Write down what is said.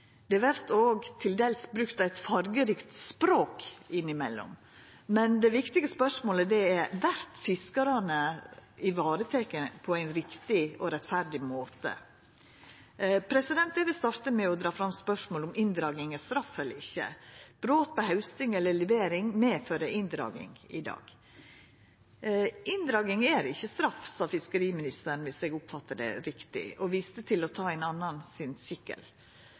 Det vert òg til dels brukt eit fargerikt språk innimellom, men det viktige spørsmålet er: Vert fiskarane varetekne på ein riktig og rettferdig måte? Eg vil dra fram spørsmålet om inndraging er straff eller ikkje. Brot på hausting eller levering medfører inndraging i dag. Inndraging er ikkje straff, sa fiskeriministeren, dersom eg oppfatta det riktig, og han viste til å ta ein annan sin